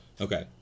Okay